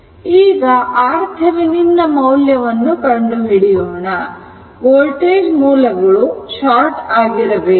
ಈಗ RThevenin ಮೌಲ್ಯವನ್ನು ಕಂಡುಹಿಡಿಯೋಣ ವೋಲ್ಟೇಜ್ ಮೂಲಗಳು ಶಾರ್ಟ್ ಆಗಿರಬೇಕು